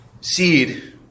seed